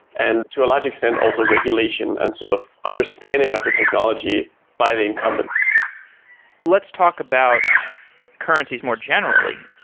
and to a large extent, also regulation and sort of understanding of the technology by the incumbents let's talk about currencies more generally.